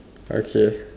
okay